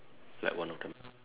like one of them